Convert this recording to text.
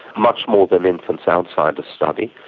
much more than infants outside the study.